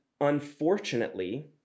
unfortunately